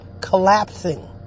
collapsing